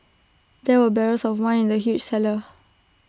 there were barrels of wine in the huge cellar